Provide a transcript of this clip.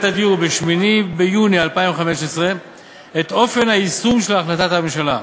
הדיור ב-8 ביוני 2015 את אופן היישום של החלטת הממשלה.